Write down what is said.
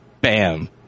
bam